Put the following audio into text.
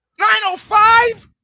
905